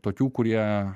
tokių kurie